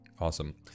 Awesome